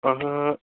अँह